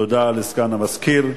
תודה לסגן המזכיר.